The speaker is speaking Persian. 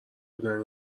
بودن